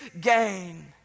gain